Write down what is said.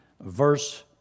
verse